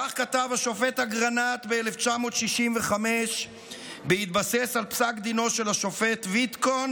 כך כתב השופט אגרנט ב-1965 בהתבסס על פסק דינו של השופט ויתקון